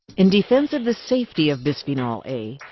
in defense of the safety of bisphenol a,